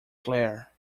clare